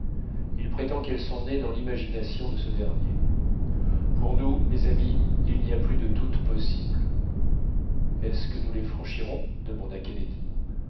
il prétend qu'elles sont nées dans l'imagination de ce dernier pour nous mes amis il n'y a plus de doute possible est-ce que nous les franchirons demanda